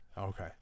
Okay